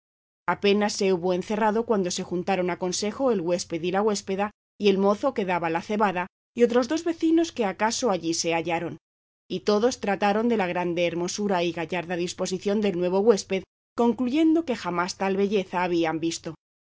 apenas se hubo encerrado cuando se juntaron a consejo el huésped y la huéspeda y el mozo que daba la cebada y otros dos vecinos que acaso allí se hallaron y todos trataron de la grande hermosura y gallarda disposición del nuevo huésped concluyendo que jamás tal belleza habían visto